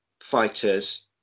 fighters